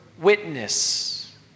witness